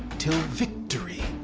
till victory